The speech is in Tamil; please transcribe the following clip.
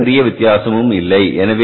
இது மிகப்பெரிய வித்தியாசம் இல்லை